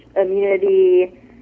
immunity